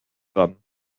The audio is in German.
dran